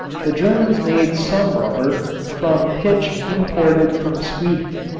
the germans made some rubber from pitch imported from sweden.